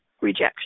rejection